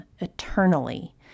eternally